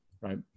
Right